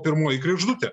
pirmoji kregždutė